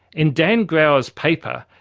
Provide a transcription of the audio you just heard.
in dan graur's paper,